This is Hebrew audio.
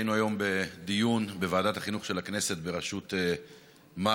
היינו היום בדיון בוועדת החינוך של הכנסת בראשות מרגי,